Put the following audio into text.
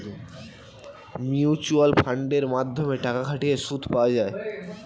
mutual ফান্ডের মাধ্যমে টাকা খাটিয়ে সুদ পাওয়া যায়